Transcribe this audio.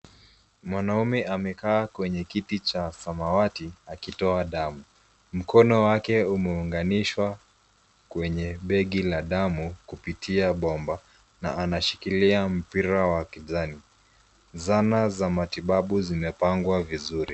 Mwanaume amekaa kwenye kiti cha samawati akitoa damu , mkono wake umeunganishwa kwenye begi la damu kupitia bomba na anashikilia mpira wa kijani. Zana za matibabu zimepangwa vizuri.